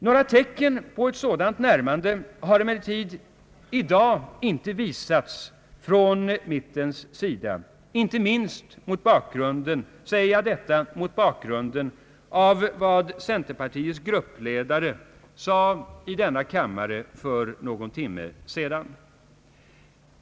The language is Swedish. Några tecken på ett sådant närmande från mittens sida har emellertid inte kommit till synes i dag. Jag säger detta inte minst mot bakgrunden av centerpartiets gruppledare i denna kammare avvisande yttrande för någon timme sedan.